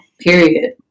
period